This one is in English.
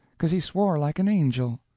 cause he swore like an angel.